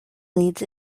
leeds